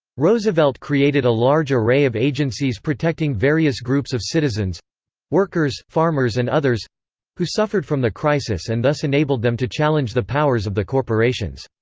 roosevelt created a large array of agencies protecting various groups of citizens workers, farmers and others who suffered from the crisis and thus enabled them to challenge the powers of the corporations.